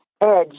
edge